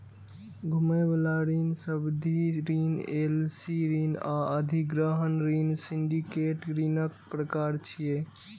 घुमै बला ऋण, सावधि ऋण, एल.सी ऋण आ अधिग्रहण ऋण सिंडिकेट ऋणक प्रकार छियै